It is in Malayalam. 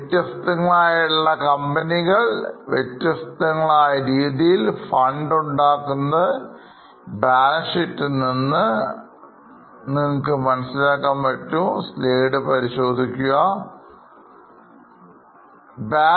വ്യത്യസ്തങ്ങളായ കമ്പനികൾവ്യത്യസ്തമായ രീതിയിൽ fund ഉണ്ടാക്കുന്നത് എന്ന് മനസ്സിലാക്കാൻ സാധിക്കുന്നതാണ്